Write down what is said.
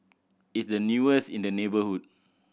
it's the newest in the neighbourhood